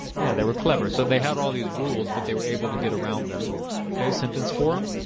yeah, they were clever so they had all these rules but they were able to get around them okay sentence four